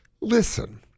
Listen